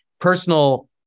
personal